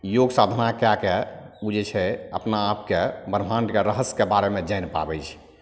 योग साधना कए कऽ जे छै अपना आपके ब्रह्माण्डके रहस्यके बारेमे जानि पाबै छै